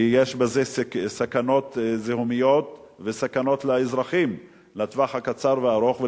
כי יש בזה סכנות זיהומיות וסכנות לאזרחים לטווח הקצר והארוך.